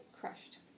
crushed